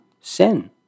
sin